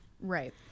Right